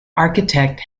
architect